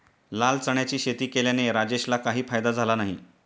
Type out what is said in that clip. लाल चण्याची शेती केल्याने राजेशला काही फायदा झाला नाही